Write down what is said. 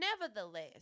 nevertheless